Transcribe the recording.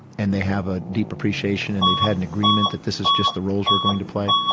and they have a deep appreciation and they've had an agreement that this is just the roles we're going to play,